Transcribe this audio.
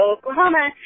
Oklahoma